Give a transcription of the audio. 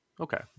okay